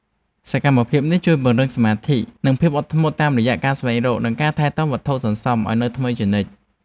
សកម្មភាពនេះជួយពង្រឹងសមាធិ និងភាពអត់ធ្មត់តាមរយៈការស្វែងរក និងការថែទាំវត្ថុសន្សំឱ្យនៅថ្មីជានិច្ច។